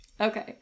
Okay